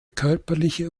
körperliche